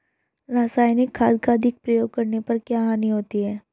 रासायनिक खाद का अधिक प्रयोग करने पर क्या हानि होती है?